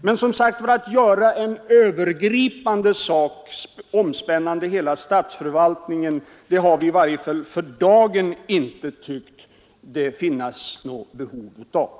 Men vi har, som sagt, i varje fall inte för dagen ansett att det finns något behov av att utarbeta en övergripande skrivelse, omspännande hela statsförvaltningen.